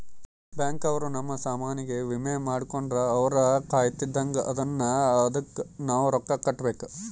bank ಅವ್ರ ನಮ್ ಸಾಮನ್ ಗೆ ವಿಮೆ ಮಾಡ್ಕೊಂಡ್ರ ಅವ್ರ ಕಾಯ್ತ್ದಂಗ ಅದುನ್ನ ಅದುಕ್ ನವ ರೊಕ್ಕ ಕಟ್ಬೇಕು